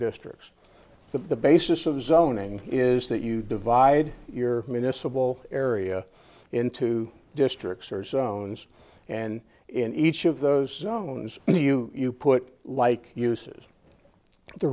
districts the basis of zoning is that you divide your municipal area into districts or zones and in each of those loans you you put like uses the